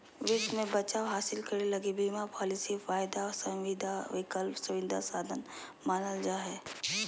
वित्त मे बचाव हासिल करे लगी बीमा पालिसी, वायदा संविदा, विकल्प संविदा साधन मानल जा हय